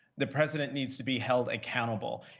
the president needs to be held accountable.